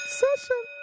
session